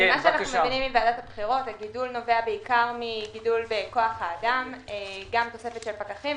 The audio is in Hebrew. כרואה חשבון מבקר אני גם יודע לקרוא מספרים.